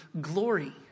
glory